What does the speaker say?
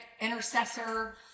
intercessor